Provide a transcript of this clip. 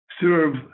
serve